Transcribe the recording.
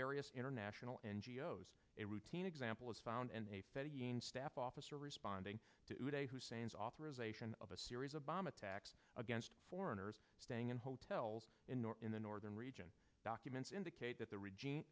various international n g o s a routine example is found and a staff officer responding to a hussein's authorization of a series of bomb attacks against foreigners staying in hotels in or in the northern region documents indicate that the regime